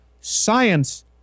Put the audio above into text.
Science